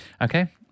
Okay